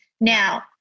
Now